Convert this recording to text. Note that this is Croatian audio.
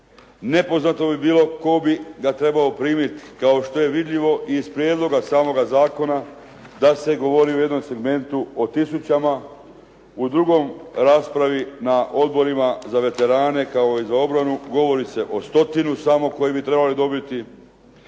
Nepoznato bi bilo tko bi ga trebao primiti kao što je vidljivo i iz prijedloga samoga zakona da se govori u jednom segmentu o tisućama, u drugoj raspravi na odborima za veterane kao i za obranu govori se o stotinu samo koji bi trebali dobiti.